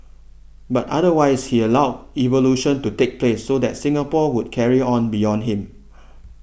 but otherwise he allowed evolution to take place so that Singapore would carry on beyond him